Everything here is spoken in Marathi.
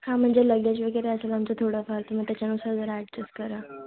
हां म्हणजे लगेज वगैरे असेल आमचं थोडंफार मग त्याच्यानुसार जरा अॅडजेस्ट करा